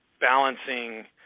balancing